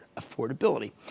affordability